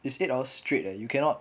is eight hour straight leh you cannot